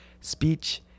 speech